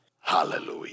hallelujah